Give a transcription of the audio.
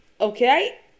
Okay